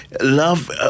love